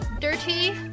dirty